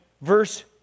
verse